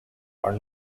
are